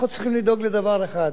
אנחנו צריכים לדאוג לדבר אחד,